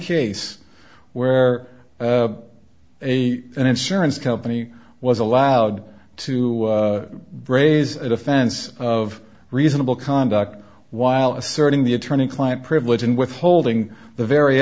case where a an insurance company was allowed to raise a defense of reasonable conduct while asserting the attorney client privilege in withholding the very